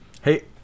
Hey